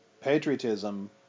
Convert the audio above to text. patriotism